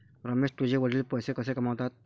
रमेश तुझे वडील पैसे कसे कमावतात?